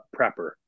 prepper